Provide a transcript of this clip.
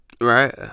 right